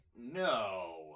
No